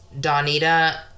Donita